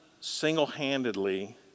single-handedly